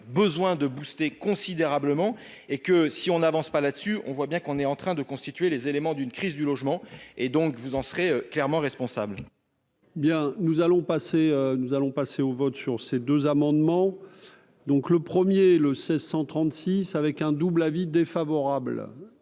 besoin de boosté considérablement et que si on n'avance pas dessus, on voit bien qu'on est en train de constituer les éléments d'une crise du logement et donc vous en serez clairement responsable. Bien, nous allons passer, nous allons passer au vote sur ces deux amendements donc le premier le 16 36 avec un double avis défavorable,